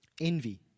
Envy